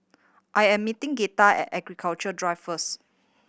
I am meeting Gretta at Architecture Drive first